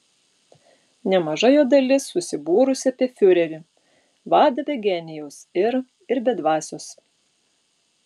nemaža jo dalis susibūrusi apie fiurerį vadą be genijaus ir ir be dvasios